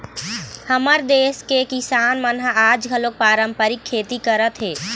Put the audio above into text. हमर देस के किसान मन ह आज घलोक पारंपरिक खेती करत हे